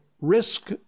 risk